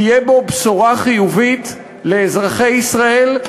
תהיה בשורה חיובית לאזרחי ישראל,